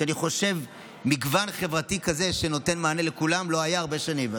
אני חושב שמגוון חברתי כזה שנותן מענה לכולם לא היה הרבה שנים,